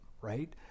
right